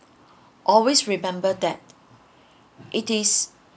always remember that it is